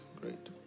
great